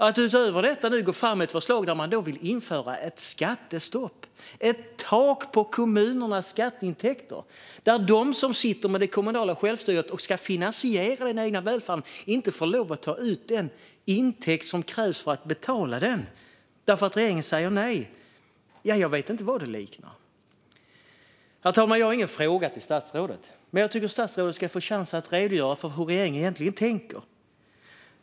Att utöver detta gå fram med ett förslag där man vill införa ett skattestopp, ett tak på kommunernas skatteintäkter, där de som sitter med det kommunala självstyret och ska finansiera den egna välfärden inte får lov att ta ut den intäkt som krävs för att betala, därför att regeringen säger nej - ja, jag vet inte vad det liknar. Herr talman! Jag har ingen fråga till statsrådet, men jag tycker att statsrådet ska få en chans att redogöra för hur regeringen egentligen tänker.